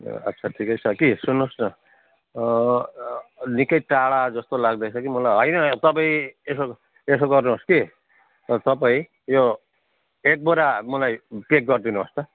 ए अच्छा ठिकै छ कि सुन्नुहोस् न निकै टाढा जस्तो लाग्दैछ कि मलाई होइन तपाईँ यसो यसो गर्नुहोस् कि तपाईँ यो एक बोरा मलाई प्याक गरिदिनुहोस् त